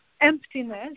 emptiness